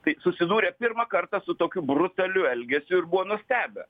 tai susidūrė pirmą kartą su tokiu brutaliu elgesiu ir buvo nustebę